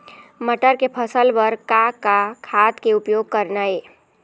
मटर के फसल बर का का खाद के उपयोग करना ये?